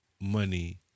money